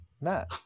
Matt